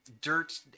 dirt